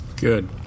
Good